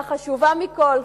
והחשובה מכול,